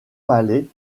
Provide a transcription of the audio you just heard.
palais